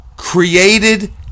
Created